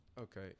Okay